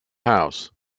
house